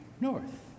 north